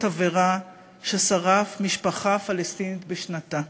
על בקבוק התבערה ששרף משפחה פלסטינית בשנתה.